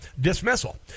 dismissal